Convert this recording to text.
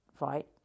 right